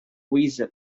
weasel